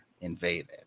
invaded